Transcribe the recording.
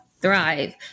thrive